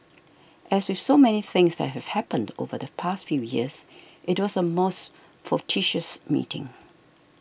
as with so many things that have happened over the past few years it was a most fortuitous meeting